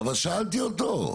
אבל שאלתי אותו.